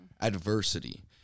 adversity